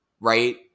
Right